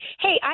hey